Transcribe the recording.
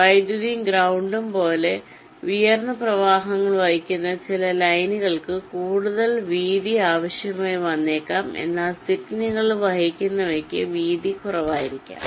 വൈദ്യുതിയും ഗ്രൌണ്ടും പോലെ ഉയർന്ന പ്രവാഹങ്ങൾ വഹിക്കുന്ന ചില ലൈനുകൾക്ക് കൂടുതൽ വീതി ആവശ്യമായി വന്നേക്കാം എന്നാൽ സിഗ്നലുകൾ വഹിക്കുന്നവയ്ക്ക് വീതി കുറവായിരിക്കാം